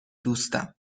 دوستم